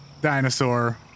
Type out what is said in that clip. dinosaur